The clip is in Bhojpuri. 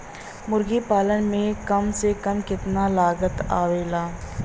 मुर्गी पालन में कम से कम कितना लागत आवेला?